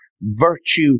Virtue